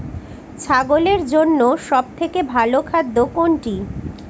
ছাগলের জন্য সব থেকে ভালো খাদ্য কোনটি?